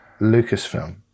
Lucasfilm